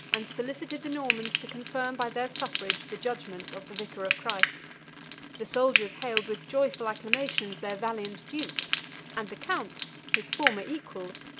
and solicited the normans to confirm by their suffrage the judgment of the vicar of christ the soldiers hailed with joyful acclamations their valiant duke and the counts, his former equals,